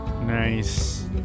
Nice